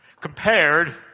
compared